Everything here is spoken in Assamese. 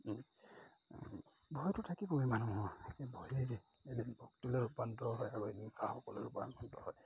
ভয়টো থাকিবই মানুহৰ ভয়েই এদিন ভক্তিলৈ ৰূপান্তৰ হয় আৰু এদিন সাহসলৈ ৰূপান্তৰ হয়